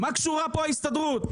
מה קשורה פה ההסתדרות?